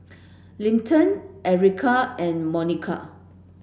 Linton Ericka and Monika